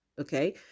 Okay